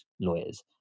lawyers